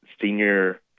senior